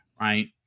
right